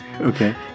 Okay